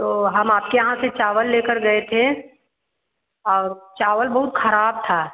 तो हम आपके यहाँ से चावल लेकर गए थे और चावल बहुत खराब था